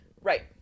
right